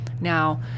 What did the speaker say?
Now